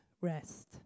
rest